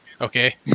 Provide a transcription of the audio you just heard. okay